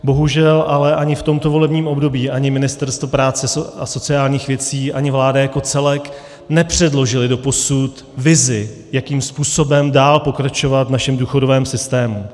Bohužel ale ani v tomto volebním období ani Ministerstvo práce a sociálních věcí, ani vláda jako celek nepředložily doposud vizi, jakým způsobem dál pokračovat v našem důchodovém systému.